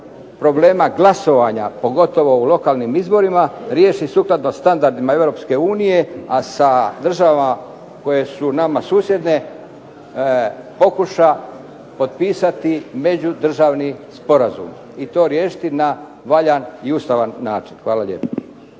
problema glasovanja, pogotovo u lokalnim izborima, riješi sukladno standardima EU, a sa državama koje su nama susjedne pokuša potpisati međudržavni sporazum. I to riješiti na valjan i ustavan način. Hvala lijepo.